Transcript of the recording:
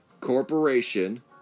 Corporation